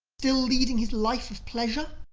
still leading his life of pleasure?